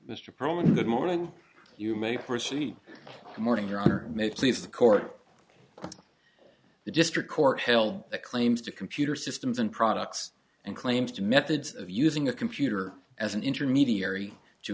mr pearl in good morning you may proceed morning your honor may please the court the district court held that claims to computer systems and products and claims to methods of using a computer as an intermediary